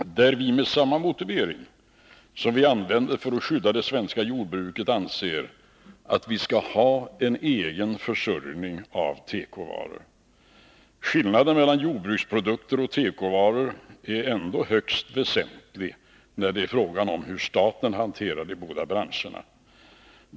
Vi anser med samma motivering som vi använder när det gäller att skydda det svenska jordbruket att vi skall ha en egen försörjning av tekovaror. Skillnaden mellan jordbruksprodukter och tekovaror är ändå högst väsentlig när det gäller hur staten hanterar de båda branscherna.